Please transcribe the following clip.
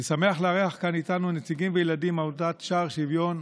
אני שמח לארח כאן איתנו נציגים וילדים מעמותת שער שוויון,